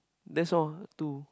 that's all to